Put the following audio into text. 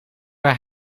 waar